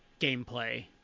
gameplay